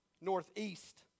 northeast